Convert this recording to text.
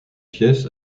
pièces